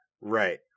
Right